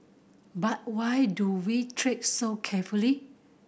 but why do we tread so carefully